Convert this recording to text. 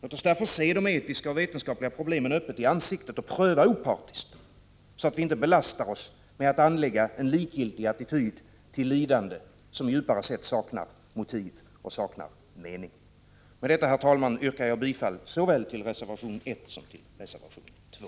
Låt oss därför se de etiska och vetenskapliga problemen öppet i ansiktet 27 november 1985 och pröva opartiskt, så att vi inte belastar oss med att anlägga en likgiltig attityd till lidanden som djupare sett saknar motiv och mening. Med detta, herr talman, yrkar jag bifall såväl till reservation 1 som till reservation 2.